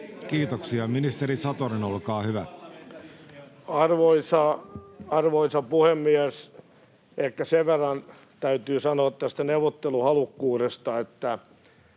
Kiitoksia. — Ministeri Satonen, olkaa hyvä. Arvoisa puhemies! Ehkä sen verran täytyy sanoa tästä neuvotteluhalukkuudesta, että